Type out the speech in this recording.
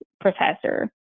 professor